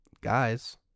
guys